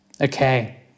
Okay